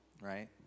right